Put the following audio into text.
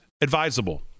advisable